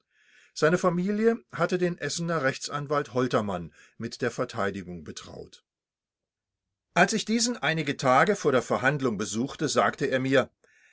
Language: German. seine familie hatte den essener rechtsanwalt holtermann mit der verteidigung betraut als ich diesen einige tage vor der verhandlung besuchte sagte er mir